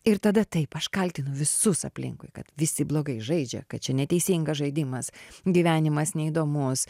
ir tada taip aš kaltinu visus aplinkui kad visi blogai žaidžia kad čia neteisingas žaidimas gyvenimas neįdomus